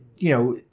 you know,